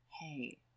hey